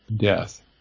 death